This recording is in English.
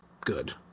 good